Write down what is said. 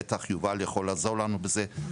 בטח יובל יכול לעזור לנו בזה.